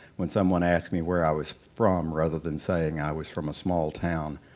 when someone asked me where i was from, rather than saying i was from a small town,